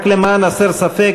רק למען הסר ספק,